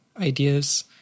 ideas